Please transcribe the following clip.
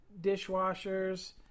dishwashers